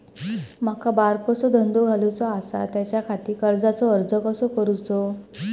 माका बारकोसो धंदो घालुचो आसा त्याच्याखाती कर्जाचो अर्ज कसो करूचो?